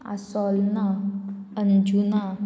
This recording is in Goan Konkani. आसोलना अंजुना